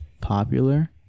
popular